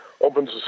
Opens